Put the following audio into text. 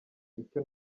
icyo